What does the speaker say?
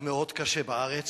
באמת,